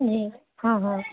جی ہاں ہاں